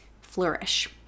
flourish